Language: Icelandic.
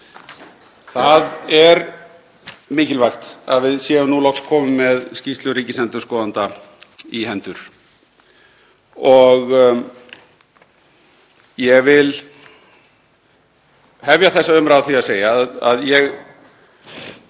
Það er mikilvægt að við séum nú loks komin með skýrslu ríkisendurskoðanda í hendur. Ég vil hefja þessa umræðu á því að segja að ég